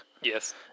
Yes